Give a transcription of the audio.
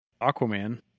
Aquaman